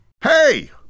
Hey